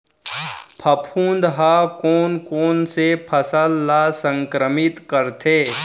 फफूंद ह कोन कोन से फसल ल संक्रमित करथे?